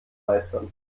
meistern